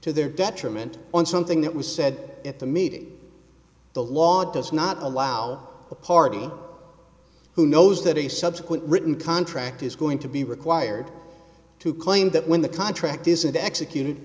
to their detriment on something that was said at the meeting the law does not allow a party who knows that a subsequent written contract is going to be required to claim that when the contract isn't executed